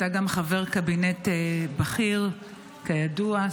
אתה גם חבר קבינט בכיר כידוע,